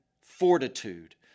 fortitude